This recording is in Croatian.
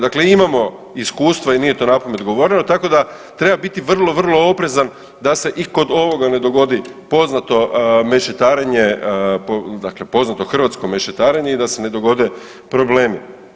Dakle, imamo iskustva i nije to napamet govoreno tako da treba biti vrlo, vrlo oprezan da se i kod ovoga ne dogodi poznato mešetarenje, dakle poznato hrvatsko mešetarenje i da se ne dogode problemi.